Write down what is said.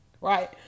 Right